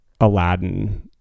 Aladdin